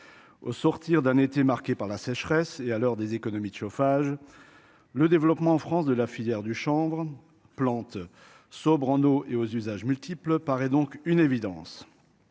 au sortir d'un été marqué par la sécheresse et à l'heure des économies de chauffage le développement en France de la filière du chanvre plante sobre en haut et aux usages multiples paraît donc une évidence,